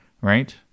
right